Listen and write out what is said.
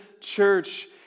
church